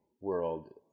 world